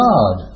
God